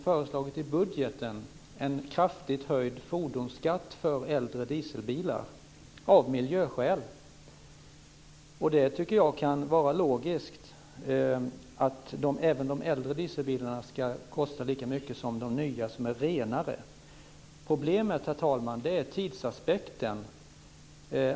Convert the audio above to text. Jag tycker att det kan vara logiskt att de äldre dieselbilarna ska kosta lika mycket som de nya, som är renare. Problemet, herr talman, är tidsaspekten.